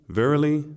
verily